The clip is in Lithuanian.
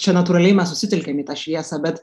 čia natūraliai mes susitelkiam į tą šviesą bet